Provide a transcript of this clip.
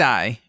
Die